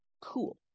Cool